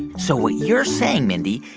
so what you're saying, mindy,